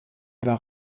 war